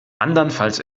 andernfalls